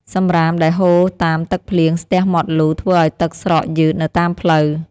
សម្រាមដែលហូរតាមទឹកភ្លៀងស្ទះមាត់លូធ្វើឱ្យទឹកស្រកយឺតនៅតាមផ្លូវ។